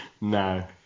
No